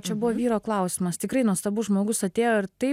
čia buvo vyro klausimas tikrai nuostabus žmogus atėjo ir taip